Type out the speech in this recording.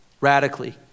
radically